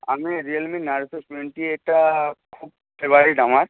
আমি Realme Narzo twenty এইটটা খুব ফেভারিট আমার